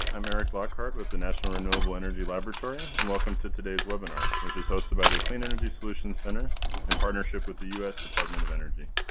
i'm eric lockhart with the national renewable energy laboratory and welcome to today's webinar which is hosted by the clean energy solutions center in partnership with the u s. department of energy.